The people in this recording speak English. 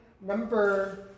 number